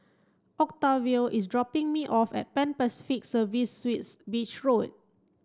octavio is dropping me off at Pan Pacific Serviced Suites Beach Road